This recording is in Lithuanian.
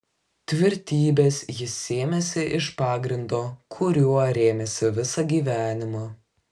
tvirtybės jis sėmėsi iš pagrindo kuriuo rėmėsi visą gyvenimą